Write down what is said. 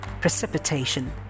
precipitation